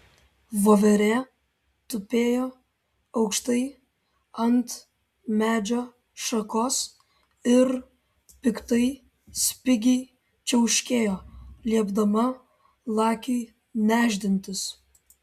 voverė tupėjo aukštai ant medžio šakos ir piktai spigiai čiauškėjo liepdama lakiui nešdintis